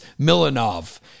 Milanov